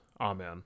Amen